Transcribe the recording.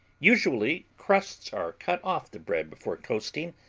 usually crusts are cut off the bread before toasting,